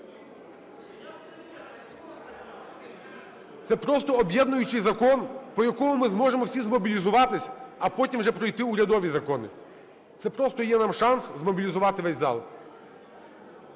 Це просто об'єднуючий закон, по якому ми зможемо всі змобілізуватись, а потім вже пройти урядові закони. Це просто є нам шанс змобілізувати весь зал.